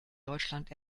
deutschland